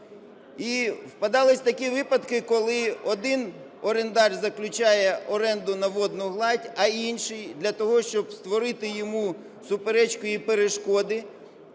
І впадались такі випадки, коли один орендар заключає оренду на водну гладь, а інший для того, щоб створити йому суперечку і перешкоди,